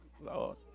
Lord